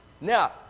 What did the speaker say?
Now